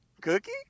cookie